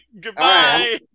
goodbye